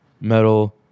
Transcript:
metal